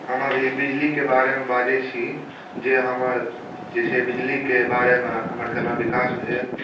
हम अभी बिजलीके बारेमे बाजैत छी जे हमर जे छै बिजलीके बारेमे हमर कोना विकास भेल